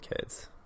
kids